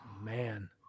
Man